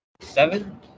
seven